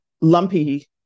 lumpy